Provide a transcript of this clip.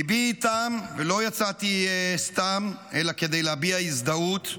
ליבי איתם, ולא יצאתי סתם, אלא כדי להביע הזדהות.